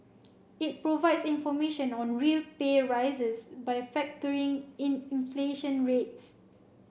it provides information on real pay rises by a factoring in inflation rates